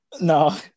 No